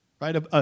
Right